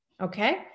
okay